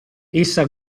essa